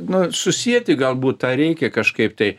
nu susieti galbūt tą reikia kažkaip tai